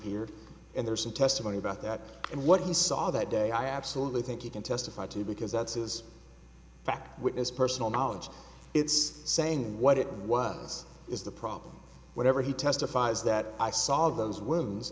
here and there's some testimony about that and what he saw that day i absolutely think you can testify to because that's his back with his personal knowledge it's saying what it was is the problem whatever he testifies that i saw those